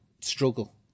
struggle